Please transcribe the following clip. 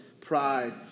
pride